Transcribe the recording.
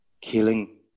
killing